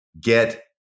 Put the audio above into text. Get